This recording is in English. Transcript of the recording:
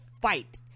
fight